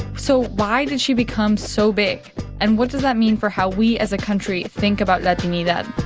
so why did she become so big and what does that mean for how we, as a country, think about latinidad?